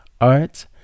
art